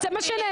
זה מה שנאמר.